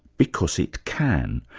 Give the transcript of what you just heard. because it can.